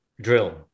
drill